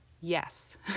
yes